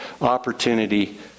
opportunity